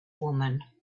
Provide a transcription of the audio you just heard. woman